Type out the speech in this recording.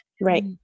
Right